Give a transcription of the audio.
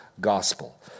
gospel